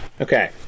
Okay